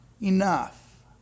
enough